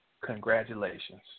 Congratulations